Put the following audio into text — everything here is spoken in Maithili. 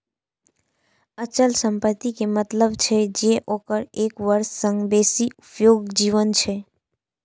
अचल संपत्ति के मतलब छै जे ओकर एक वर्ष सं बेसी उपयोगी जीवन छै